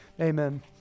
Amen